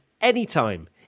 anytime